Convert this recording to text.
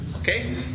Okay